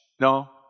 No